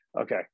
okay